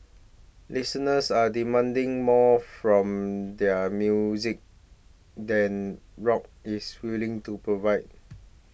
listeners are demanding more from their music than rock is willing to provide